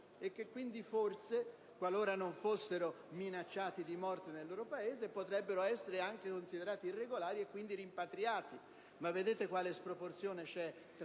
e che quindi forse, qualora non fossero minacciati di morte nel loro Paese, potrebbero anche essere considerati irregolari, e quindi rimpatriati. Vedete quale sproporzione c'è tra